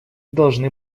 должны